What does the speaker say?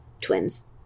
twins